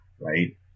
right